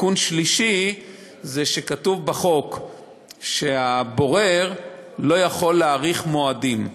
תיקון שלישי זה שכתוב בחוק שהבורר לא יכול להאריך מועדים.